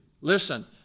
Listen